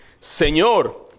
Señor